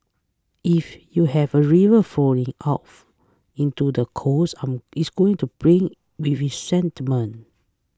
if you have a river flowing into the coast it's going to bring with it sediments